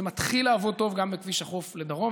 וזה מתחיל לעבוד טוב גם בכביש החוף לדרום.